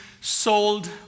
sold